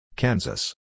Kansas